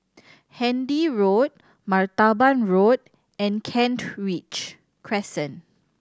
Handy Road Martaban Road and Kent Ridge Crescent